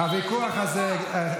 אדוני היושב-ראש,